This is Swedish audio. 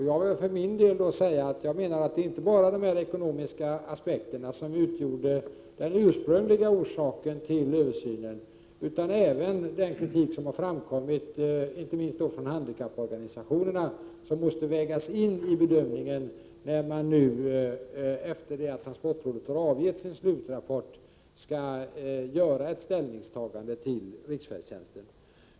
Jag vill för min del säga att det inte bara var de ekonomiska aspekterna som utgjorde den ursprungliga orsaken till översynen, utan även den kritik som har framkommit, inte minst från handikapporganisationerna, och som måste vägas in i bedömningen när man nu, efter det att transportrådet har avgett sin slutrapport, skall göra ett ställningstagande till riksfärdtjänsten.